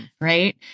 right